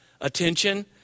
attention